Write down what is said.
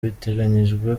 biteganyijwe